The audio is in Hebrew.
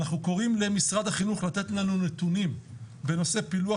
אנחנו קוראים למשרד החינוך לתת לנו נתונים בנושא פילוח